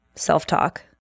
self-talk